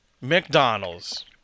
McDonald's